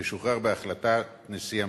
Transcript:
שמשוחרר בהחלטת נשיא המדינה.